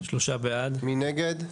מי נגד?